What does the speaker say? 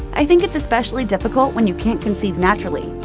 i think it's especially difficult when you can't conceive naturally.